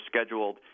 scheduled